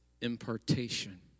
impartation